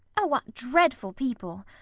oh, what dreadful people!